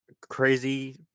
crazy